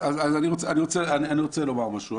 אז אני רוצה לומר משהו.